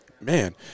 man